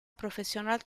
profesional